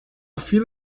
fila